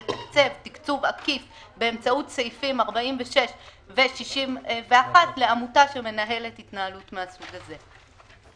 תקצוב עקיף באמצעות סעיפים 46 ו-61 לעמותה שמנהלת התנהלות מהסוג הזה.